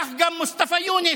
כך גם מוסטפא יונס,